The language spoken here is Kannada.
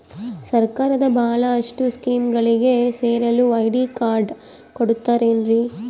ಸರ್ಕಾರದ ಬಹಳಷ್ಟು ಸ್ಕೇಮುಗಳಿಗೆ ಸೇರಲು ಐ.ಡಿ ಕಾರ್ಡ್ ಕೊಡುತ್ತಾರೇನ್ರಿ?